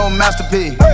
masterpiece